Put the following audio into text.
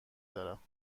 دارم